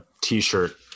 t-shirt